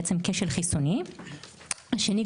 כשל חיסוני; שניים,